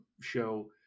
show